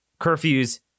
curfews